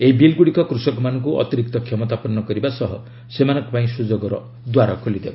ଏହି ବିଲ୍ଗୁଡ଼ିକ କୃଷକମାନଙ୍କୁ ଅତିରିକ୍ତ କ୍ଷମତାପନ୍ନ କରିବା ସହ ସେମାନଙ୍କ ପାଇଁ ସ୍ତ୍ରଯୋଗର ଦ୍ୱାର ଖୋଲିଦେବ